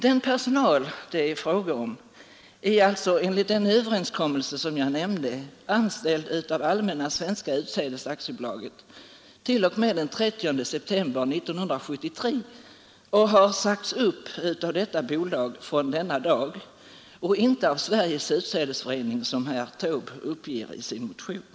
Den personal det är fråga om är alltså enligt den överenskommelse jag nämnde anställd av Allmänna svenska utsädesaktiebolaget t.o.m. den 30 september 1973 och har sagts upp av detta bolag från denna dag och inte av Sveriges utsädesförening, som herr Taube uppger i sin motion.